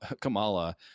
Kamala